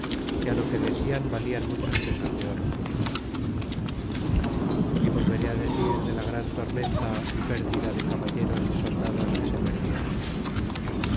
que á lo que decian valian muchos pesos de oro y volveré á decir de la gran tormenta y perdida de caballeros y soldados que se perdieron